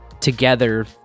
together